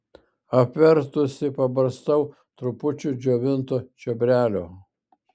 apvertusi pabarstau trupučiu džiovinto čiobrelio